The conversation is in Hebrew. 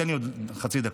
תן לי עוד חצי דקה.